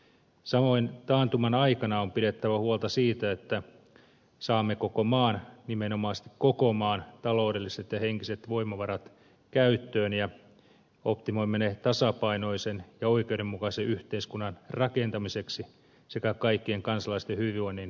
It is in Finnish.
samoin taantuman aikana on pidettävä huolta siitä että saamme koko maan nimenomaisesti koko maan taloudelliset ja henkiset voimavarat käyttöön ja optimoimme ne tasapainoisen ja oikeudenmukaisen yhteiskunnan rakentamiseksi sekä kaikkien kansalaisten hyvin voinnin turvaamiseksi